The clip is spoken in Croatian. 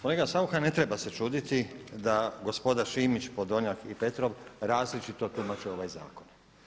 Kolega Saucha ne treba se čuditi da gospoda Šimić, Podolnjak i Petrov različito tumače ovaj zakon.